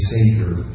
Savior